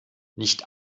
nicht